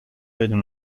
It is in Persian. بدون